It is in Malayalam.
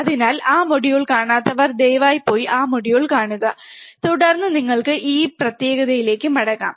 അതിനാൽ ആ മൊഡ്യൂൾ കാണാത്തവർ ദയവായി പോയി ആ മൊഡ്യൂൾ കാണുക തുടർന്ന് നിങ്ങൾക്ക് ഈ പ്രത്യേകതയിലേക്ക് മടങ്ങാം